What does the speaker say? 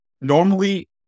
normally